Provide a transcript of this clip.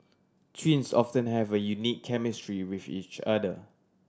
twins often have a unique chemistry with each other